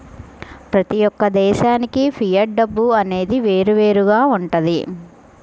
ప్రతి యొక్క దేశానికి ఫియట్ డబ్బు అనేది వేరువేరుగా వుంటది